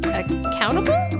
accountable